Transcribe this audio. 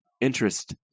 interest